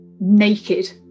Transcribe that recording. naked